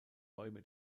räume